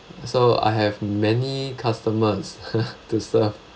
so I have many customers to serve